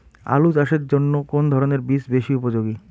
আলু চাষের জন্য কোন ধরণের বীজ বেশি উপযোগী?